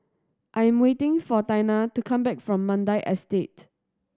I am waiting for Taina to come back from Mandai Estate